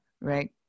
right